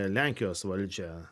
lenkijos valdžia